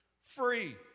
Free